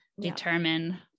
determine